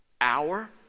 hour